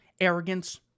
arrogance